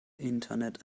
internet